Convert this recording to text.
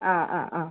അ അ അ